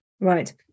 Right